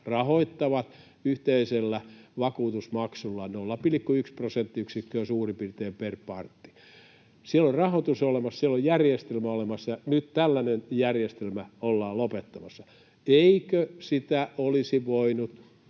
rahoittavat yhteisellä vakuutusmaksulla, 0,1 prosenttiyksikköä suurin piirtein per parti. Siellä on rahoitus olemassa, siellä on järjestelmä olemassa, ja nyt tällainen järjestelmä ollaan lopettamassa. Eikö sitä olisi voinut